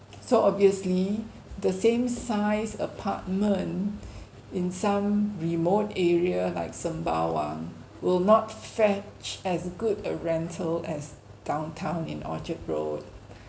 so obviously the same size apartment in some remote area like sembawang will not fetch as good a rental as downtown in orchard road